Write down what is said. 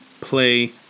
play